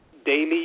daily